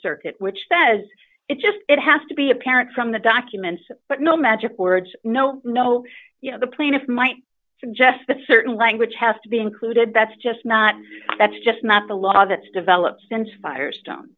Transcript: circuit which says it just it has to be apparent from the documents but no magic words no no you know the plaintiff might suggest that certain language has to be included that's just not that's just not the law that's developed since firestone